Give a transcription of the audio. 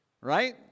right